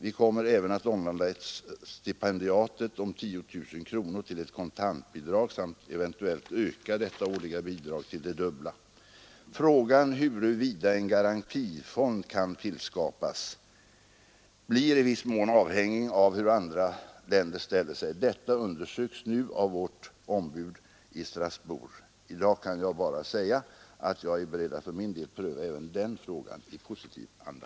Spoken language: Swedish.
Vi kommer även att omvandla stipendiet om 10 000 kronor till ett kontantbidrag samt eventuellt öka detta årliga bidrag till det dubbla. Frågan huruvida en garantifond kan tillskapas blir i viss mån avhängig av hur andra länder ställer sig. Detta undersöks nu av vårt ombud i Strasbourg. I dag kan jag bara säga att jag är beredd att för min del pröva även den frågan i positiv anda.